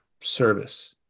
service